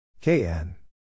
KN